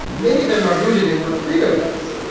many of them are rooted in what credo does.